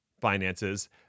finances